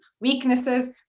weaknesses